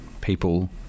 people